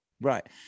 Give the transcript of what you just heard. Right